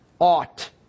ought